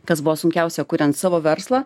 kas buvo sunkiausia kuriant savo verslą